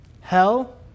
hell